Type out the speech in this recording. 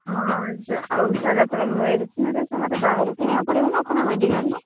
ହଁ ଆଉ ସାର୍ ଆପଣ ମେଡ଼ିସିନ୍ ହେରିକା ମୋତେ ବାହାରୁ କିଣିବାକୁ ପଡ଼ିବ ନା ଆପଣଙ୍କ ମେଡ଼ିକାଲ୍ରେ